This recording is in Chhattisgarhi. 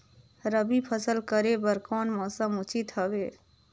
रबी फसल करे बर कोन मौसम उचित हवे?